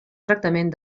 tractament